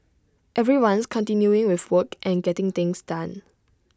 everyone's continuing with work and getting things done